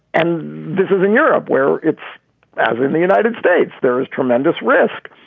and this is in europe where it's as in the united states. there is tremendous risk.